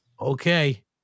Okay